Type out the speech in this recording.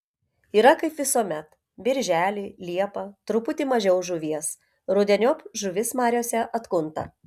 yra kaip visuomet birželį liepą truputį mažiau žuvies rudeniop žuvis mariose atkunta